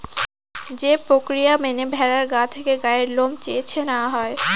যে প্রক্রিয়া মেনে ভেড়ার গা থেকে গায়ের লোম চেঁছে নেওয়া হয়